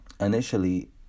initially